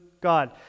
God